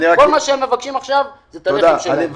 כל מה שהם מבקשים עכשיו, זה את הלחם שלהם.